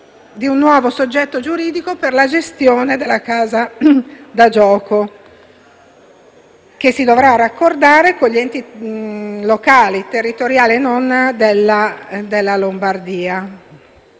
di un nuovo soggetto giuridico per la gestione della casa da gioco, che si dovrà raccordare con gli enti locali, territoriali e non, della Lombardia.